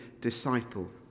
disciple